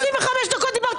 דיברת עכשיו 25 דקות רצוף.